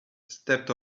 stepped